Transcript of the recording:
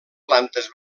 plantes